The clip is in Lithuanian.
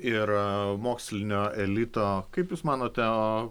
ir mokslinio elito kaip jūs manote